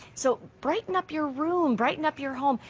so brighten up your room, brighten up your home,